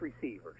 receivers